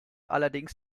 allerdings